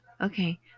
Okay